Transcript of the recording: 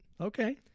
Okay